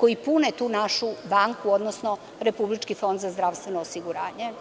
koji pune tu našu banku, odnosno Republički fond za zdravstvenog osiguranje.